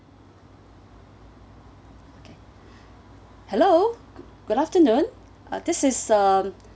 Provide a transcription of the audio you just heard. okay hello good afternoon uh this is um